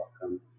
welcome